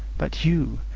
but you!